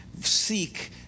seek